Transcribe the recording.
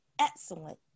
excellent